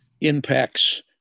impacts